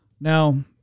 now